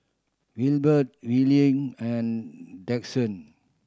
Wilber Willie and Dixon